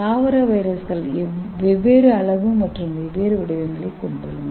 தாவர வைரஸ்கள் வெவ்வேறு அளவு மற்றும் வெவ்வேறு வடிவங்களைக் கொண்டுள்ளன